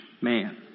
man